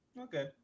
Okay